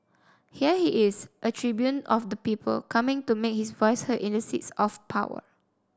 here he is a tribune of the people coming to make his voice heard in the seats of power